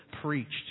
preached